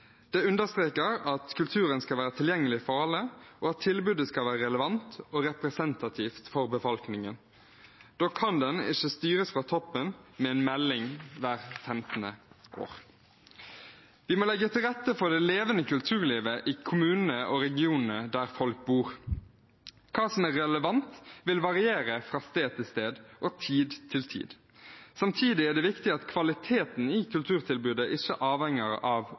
Det understreker at kulturen skal være tilgjengelig for alle, og at tilbudet skal være relevant og representativt for befolkningen. Da kan den ikke styres fra toppen med en melding hvert 15. år. Vi må legge til rette for det levende kulturlivet i kommunene og regionene, der folk bor. Hva som er relevant, vil variere fra sted til sted og fra tid til tid. Samtidig er det viktig at kvaliteten i kulturtilbudet ikke er avhengig av